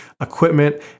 equipment